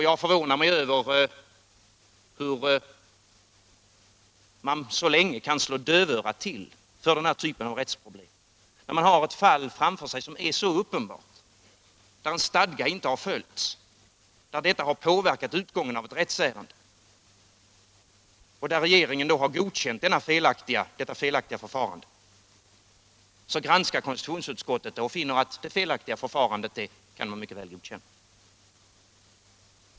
Jag förvånar mig över att man så länge kan slå dövörat till för den här typen av rättsproblem. Man har framför sig ett fall som är uppenbart, där en stadga inte har följts, där detta har påverkat utgången av ett rättsärende och där regeringen sedan har godkänt detta felaktiga förfarande. Vid sin granskning finner konstitutionsutskottet att man mycket väl kan godkänna detta felaktiga förfarande!